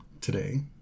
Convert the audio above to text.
today